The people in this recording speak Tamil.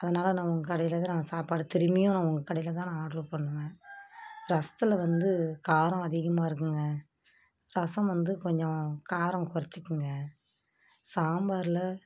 அதனால நாங்கள் உங்கள் கடையில் தான் நாங்க சாப்பாடு திரும்பியும் நான் உங்கள் கடையில் தான் நான் ஆர்ட்ரு பண்ணுவேன் ரசத்தில் வந்து காரம் அதிகமாக இருக்குதுங்க ரசம் வந்து கொஞ்சம் காரம் குறைச்சுக்குங்க சாம்பாரில்